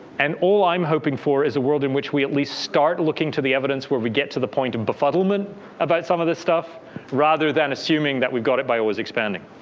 and all i'm hoping for is a world in which we at least start looking to the evidence. where we get to the point of befuddlement about some of this stuff rather than assuming that we've got it by always expanding.